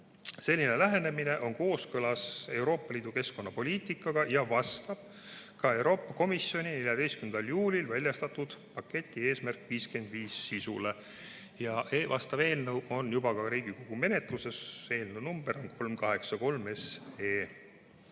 Senine lähenemine on kooskõlas Euroopa Liidu keskkonnapoliitikaga ja vastab ka Euroopa Komisjoni 14. juulil avaldatud kliimapaketi "Eesmärk 55" sisule. Vastav eelnõu on juba Riigikogu menetluses. Eelnõu number on 383.